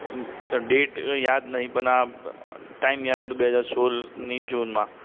date યાદ નથી પણ આ ટાઇમ યાદ હતો બે હજાર સોળની જૂનમાં